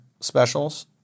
specials